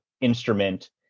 instrument